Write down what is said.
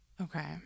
okay